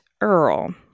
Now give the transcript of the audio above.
Earl